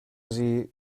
sie